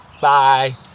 Bye